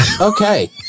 Okay